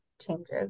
changes